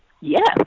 Yes